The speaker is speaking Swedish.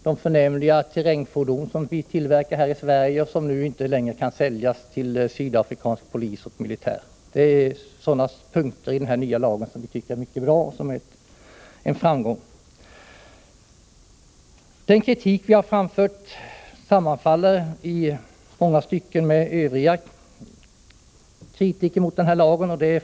De förnämliga terrängfordon som vi tillverkar här i Sverige kommer t.ex. inte längre att kunna säljas till sydafrikansk polis och militär. Det är sådana punkter i den nya lagen som vi tycker är mycket bra. Den kritik vi har framfört sammanfaller i många stycken med vad övriga kritiker har anfört mot den här lagen.